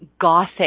gothic